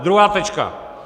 Druhá tečka.